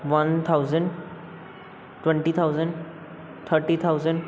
one thousand twenty thousand thirty thousand